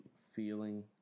feeling